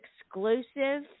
exclusive